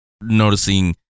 noticing